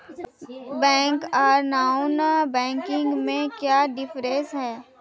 Bank आर non banking में क्याँ डिफरेंस है?